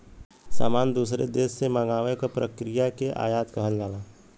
सामान दूसरे देश से मंगावे क प्रक्रिया के आयात कहल जाला